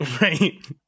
right